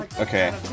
Okay